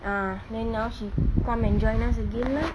ah then now she come and join us again lah